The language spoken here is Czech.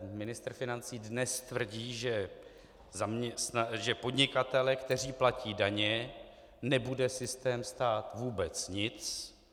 Ministr financí dnes tvrdí, že podnikatele, kteří platí daně, nebude systém stát vůbec nic.